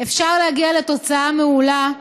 אפשר להגיע לתוצאה מעולה,